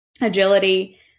agility